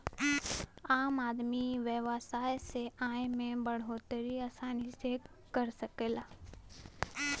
आम आदमी व्यवसाय से आय में बढ़ोतरी आसानी से कर सकला